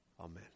Amen